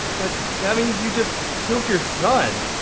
but, that means you just killed your son.